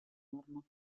norma